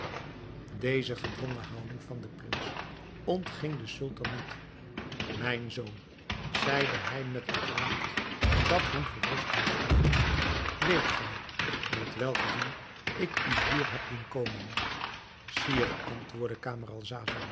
deze gedwongen houding van den prins ontging den sultan niet mijn zoon zeide hij met een gelaat dat hem gerust moest stellen weet gij met welk doel ik u hier heb doen komen sire antwoordde